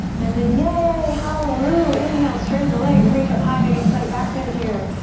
and then yay, hallelu, inhale, straighten the legs, reach up high, maybe slight back bend here.